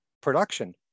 production